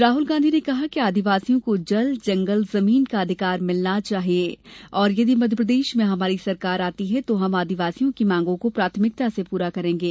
राहुल गांधी ने कहा कि आदिवासियों को जल जंगल जमीन का अधिकार मिलना चाहिये और यदि मध्यप्रदेश में हमारी सरकार आती है तो हम आदिवासियों की मांगो को प्राथमिकता से पूरा करेंगे